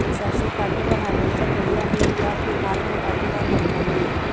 सरसों काटे बर हारवेस्टर बढ़िया हे या फिर हाथ म काटे हर बढ़िया ये?